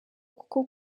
kuko